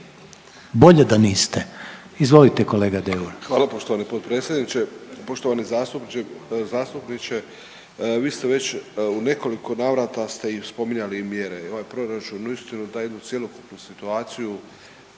Bolje da niste. Izvolite kolega Deur.